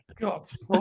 God's